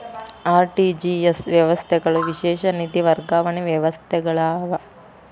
RTGS ವ್ಯವಸ್ಥೆಗಳು ವಿಶೇಷ ನಿಧಿ ವರ್ಗಾವಣೆ ವ್ಯವಸ್ಥೆಗಳಾಗ್ಯಾವ